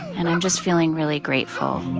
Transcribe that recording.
and i'm just feeling really grateful